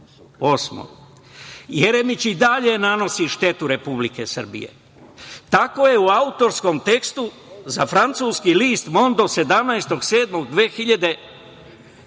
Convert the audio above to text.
Kosova“.Jeremić i dalje nanosi štetu Republici Srbiji. Tako je u autorskom tekstu za francuski list „Mond“ 17.